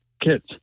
kids